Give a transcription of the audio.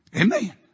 Amen